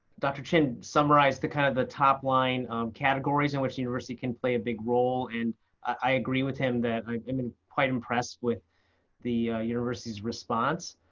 dr. chin summarized the kind of the top line categories in which university can play a big role. and i agree with him that i've been been quite impressed with the university's response.